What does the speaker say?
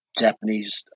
Japanese